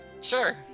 sure